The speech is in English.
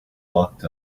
locked